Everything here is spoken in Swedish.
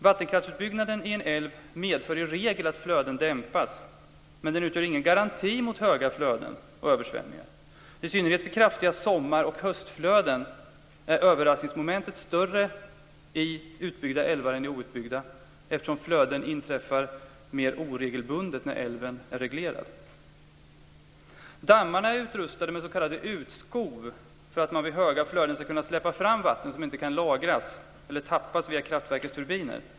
Vattenkraftsutbyggnaden i en älv medför i regel att flöden dämpas, men den utgör ingen garanti mot höga flöden och översvämningar. I synnerhet vid kraftiga sommar och höstflöden är överraskningsmomentet större i utbyggda älvar än i outbyggda, eftersom flöden inträffar mer oregelbundet när älven är reglerad. Dammarna är utrustade med s.k. utskov för att man vid höga flöden ska kunna släppa fram vatten som inte kan lagras eller tappas via kraftverkens turbiner.